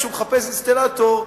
כשהוא מחפש אינסטלטור,